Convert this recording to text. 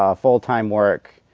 ah full-time work,